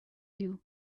you